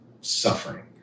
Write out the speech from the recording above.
suffering